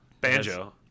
Banjo